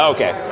Okay